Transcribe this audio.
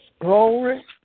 Glory